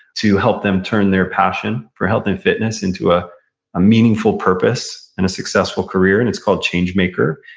to help them turn their passion for health and fitness into ah a meaningful purpose and a successful career, and it's called change maker.